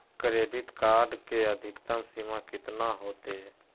Credit card के अधिकतम सीमा कितना होते?